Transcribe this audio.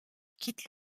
quitte